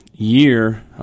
Year